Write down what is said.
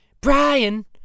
Brian